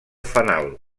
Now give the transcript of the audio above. fanal